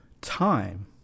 time